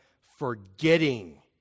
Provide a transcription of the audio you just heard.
forgetting